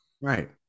Right